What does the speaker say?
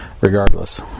regardless